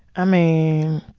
i mean.